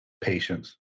patience